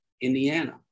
Indiana